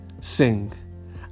sing